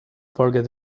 forget